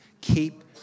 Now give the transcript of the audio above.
keep